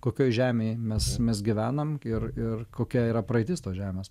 kokioj žemėj mes mes gyvenam ir ir kokia yra praeitis tos žemės